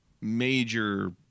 major